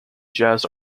jazz